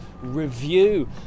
review